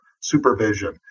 supervision